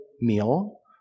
meal